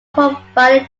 provided